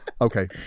Okay